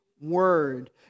word